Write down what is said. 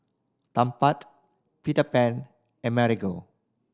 Tempt Peter Pan and Marigold